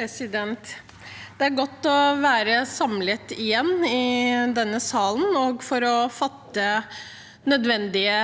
Det er godt å være samlet igjen i denne salen for å fatte nødvendige